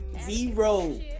zero